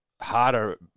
harder